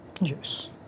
Yes